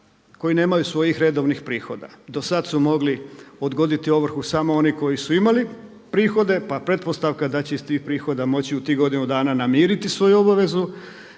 koji nemaju svojih redovnih prihoda. Dosad su mogli odgoditi ovrhu samo oni koji su imali prihode, pa pretpostavka da će iz tih prihoda moći u tih godinu dana namiriti svoju obavezu.